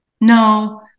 No